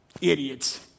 idiots